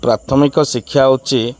ପ୍ରାଥମିକ ଶିକ୍ଷା ହେଉଛି